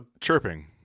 chirping